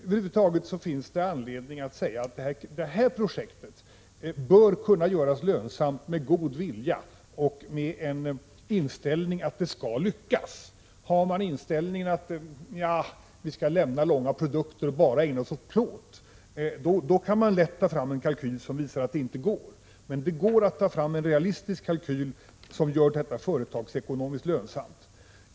Över huvud taget finns det anledning att utgå ifrån att det här projektet bör kunna göras lönsamt, om det finns en god vilja och en inställning att det skall lyckas. Har man inställningen att man skall lämna långa produkter och bara ägna sig åt plåt, går det lätt att ta fram en kalkyl som visar att det inte kan lyckas. Men det går att ta fram en realistisk kalkyl som gör det hela företagsekonomiskt lönsamt.